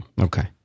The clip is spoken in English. Okay